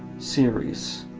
series